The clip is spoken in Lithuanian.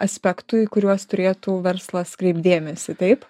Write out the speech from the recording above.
aspektų į kuriuos turėtų verslas kreipt dėmesį taip